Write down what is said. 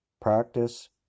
practice